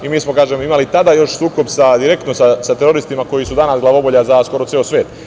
Mi smo, kažem, imali tada još sukob direktno sa teroristima, koji su danas glavobolja za skoro ceo svet.